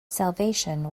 salvation